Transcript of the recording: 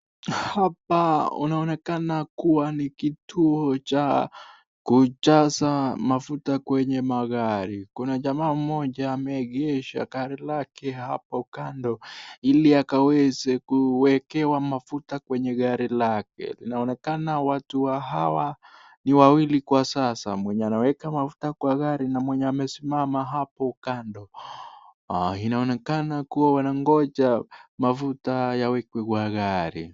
Hapa inaonekana kuwa ni kituo cha kujaza mafuta kwenye magari. Kuna jamaa mmoja ameegesha gari lake hapo kando ili akaweze kuekewa mafuta kwenye gari lake. Inaonekana watu hawa ni wawili kwa sasa mwenye anaweka mafuta kwa gari na mwenye amesimama hapo kando. Inaonekana kuwa wanangoja mafuta iwekwe kwa gari.